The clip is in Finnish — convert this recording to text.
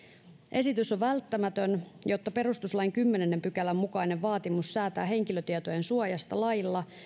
esitys on välttämätön jotta perustuslain kymmenennen pykälän mukainen vaatimus säätää henkilötietojen suojasta lailla